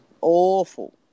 awful